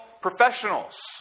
professionals